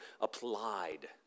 applied